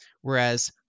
Whereas